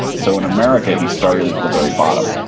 so, in america, he started at the very bottom,